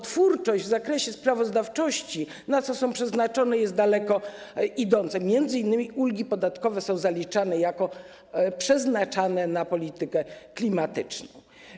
Twórczość w zakresie sprawozdawczości, na co są one przeznaczone, jest daleko idąca, m.in. ulgi podatkowe są zaliczane jako te przeznaczane na politykę klimatyczną.